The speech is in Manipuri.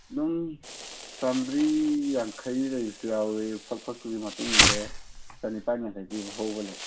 ꯑꯗꯨꯝ ꯆꯥꯝꯃ꯭ꯔꯤ ꯌꯥꯡꯈꯩ ꯂꯩꯕꯁꯨ ꯌꯥꯎꯏ ꯐꯛ ꯐꯛꯇꯨꯒꯤ ꯃꯇꯨꯡ ꯏꯜꯂꯦ ꯆꯥꯅꯤꯄꯥꯜ ꯌꯥꯡꯈꯩ ꯄꯤꯕ ꯐꯥꯎꯕ ꯂꯩ